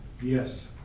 Yes